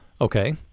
Okay